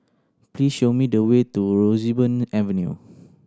please show me the way to Roseburn Avenue